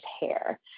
hair